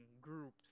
groups